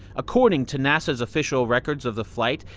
according to nasa's official records of the flight,